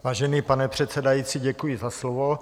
Vážený pane předsedající, děkuji za slovo.